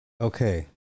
Okay